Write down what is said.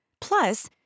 Plus